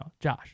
Josh